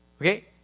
Okay